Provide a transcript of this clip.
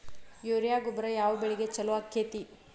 Urea ಗೊಬ್ಬರ ಯಾವ ಬೆಳಿಗೆ ಛಲೋ ಆಕ್ಕೆತಿ?